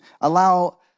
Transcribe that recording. Allow